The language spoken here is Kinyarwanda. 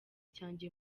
cyanjye